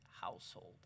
household